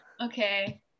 Okay